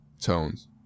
tones